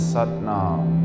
Satnam